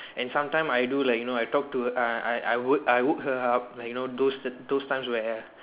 and sometime I do like you know I talk to uh I I I woke I woke up her like you know those those times where